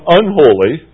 unholy